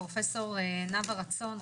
פרופ' נאוה רצון,